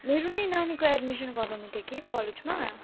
मेरो नि नानीको एडमिसन गराउनु थियो कि कलेजमा